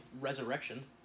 resurrection